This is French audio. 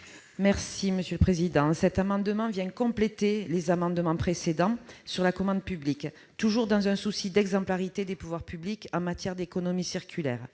Mme Maryse Carrère. Cet amendement vise à compléter les amendements précédents sur la commande publique, toujours dans un souci d'exemplarité des pouvoirs publics en matière d'économie circulaire.